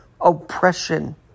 oppression